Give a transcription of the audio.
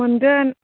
मोनगोन